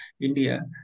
India